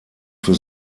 für